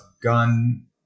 gun